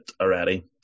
already